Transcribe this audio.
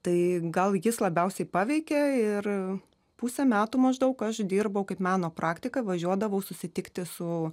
tai gal jis labiausiai paveikė ir pusę metų maždaug aš dirbau kaip meno praktika važiuodavau susitikti su